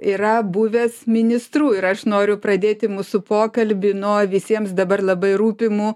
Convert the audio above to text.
yra buvęs ministru ir aš noriu pradėti mūsų pokalbį nuo visiems dabar labai rūpimų